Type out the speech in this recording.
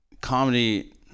Comedy